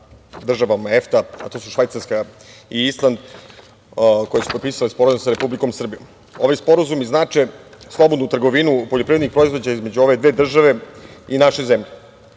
državama EFTA, to su Švajcarska i Island, koje su potpisale sporazum sa Republikom Srbijom. Ovi sporazumi znače slobodnu trgovinu poljoprivrednih proizvoda između ove dve države i naše zemlje. Na